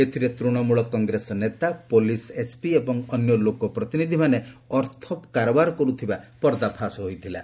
ଏଥିରେ ତୃଣମଳ କଂଗ୍ରେସ ନେତା police SP ଏବଂ ଅନ୍ୟ ଲୋକପ୍ରତିନିଧିମାନେ ଅର୍ଥ କାରବାର କର୍ତ୍ତଥବା ପର୍ଦ୍ଦାଫାସ ହୋଇଥଲା